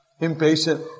impatient